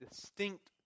distinct